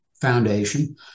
foundation